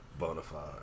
Bonafide